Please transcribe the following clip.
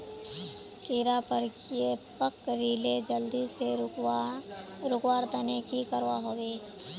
कीड़ा पकरिले जल्दी से रुकवा र तने की करवा होबे?